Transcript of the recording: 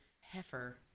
heifer